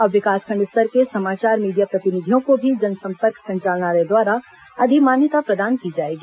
अब विकासखंड स्तर के समाचार मीडिया प्रतिनिधियों को भी जनसंपर्क संचालनालय द्वारा अधिमान्यता प्रदान की जाएगी